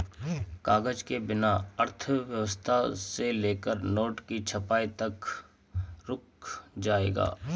कागज के बिना अर्थव्यवस्था से लेकर नोट की छपाई तक रुक जाएगा